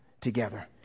together